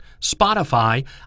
Spotify